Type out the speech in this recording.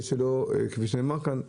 כפי שנאמר כאן,